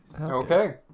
Okay